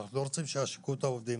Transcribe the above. אנחנו לא רוצים שיעשקו את העובדים,